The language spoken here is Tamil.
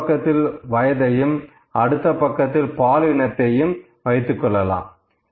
ஒருபக்கத்தில் வயதையும் அடுத்த பக்கத்தில் பால் இனத்தையும் வைத்து கொள்ளலாம்